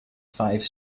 five